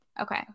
Okay